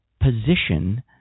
position